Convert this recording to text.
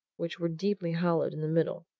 which were deeply hollowed in the middle.